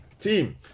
team